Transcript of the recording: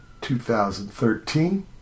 2013